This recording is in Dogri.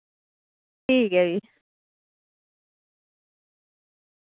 ठीक ऐ फ्ही